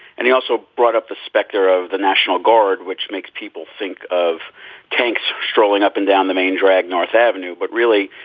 and he also brought up the specter of the national guard, which makes people think of tanks strolling up and down the main drag, north avenue. but really,